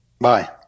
Bye